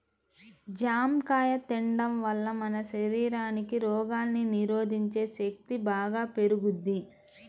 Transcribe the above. జాంకాయ తిండం వల్ల మన శరీరానికి రోగాల్ని నిరోధించే శక్తి బాగా పెరుగుద్ది